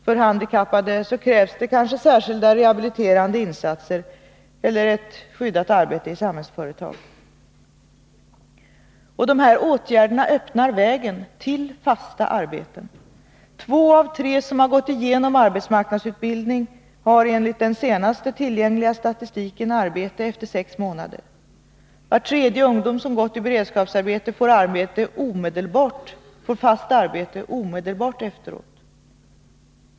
För en handikappad krävs kanske särskilda rehabiliterande insatser eller ett skyddat arbete inom Samhällsföretag. Dessa åtgärder öppnar vägen till fasta arbeten. Två av tre som genomgått arbetsmarknadsutbildning har enligt den senaste tillgängliga statistiken arbete efter sex månader. Var tredje ungdom som gått i beredskapsarbete får fast arbete omedelbart efteråt.